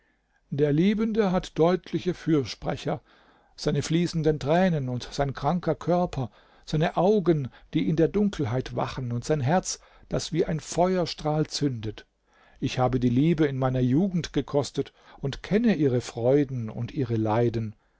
der liebende hat deutliche fürsprecher seine fließenden tränen und sein kranker körper seine augen die in der dunkelheit wachen und sein herz das wie ein feuerstrahl zündet ich habe die liebe in meiner jugend gekostet und kenne ihre freuden und ihre leiden